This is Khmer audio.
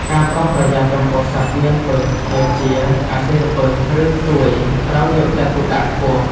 ការប្រុងប្រយ័ត្នចំពោះសត្វមានពិសដូចជា អាសិរពិស ឬខ្ទួយ ត្រូវយកចិត្តទុកដាក់ខ្ពស់។